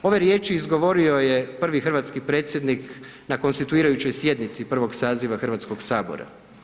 Ove riječi izgovorio je prvi hrvatski predsjednik na konstituirajućoj sjednici prvog saziva Hrvatskog sabora.